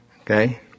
Okay